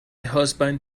husband